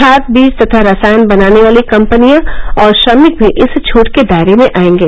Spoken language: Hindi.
खाद वीज तथा रसायन बनाने वाली कंपनियां और श्रमिक भी इस छूट के दायरे में आएंगे